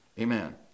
amen